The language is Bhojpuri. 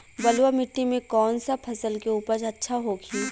बलुआ मिट्टी में कौन सा फसल के उपज अच्छा होखी?